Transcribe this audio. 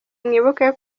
mwibuke